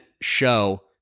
show